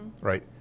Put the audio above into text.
right